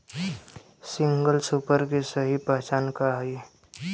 Single super के सही पहचान का हई?